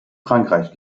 frankreich